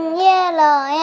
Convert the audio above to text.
yellow